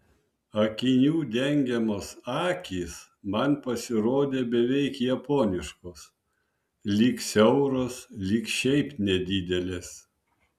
akinių dengiamos akys man pasirodė beveik japoniškos lyg siauros lyg šiaip nedidelės